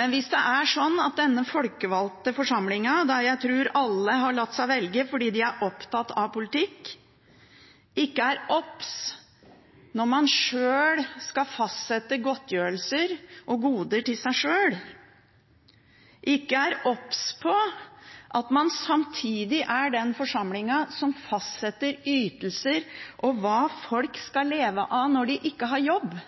Men hvis det er sånn at denne folkevalgte forsamlingen, der jeg tror alle har latt seg velge fordi de er opptatt av politikk, når man skal fastsette godtgjørelser og goder til seg sjøl, ikke er obs på at man samtidig er den forsamlingen som fastsetter ytelser og hva folk skal leve av når de ikke har jobb,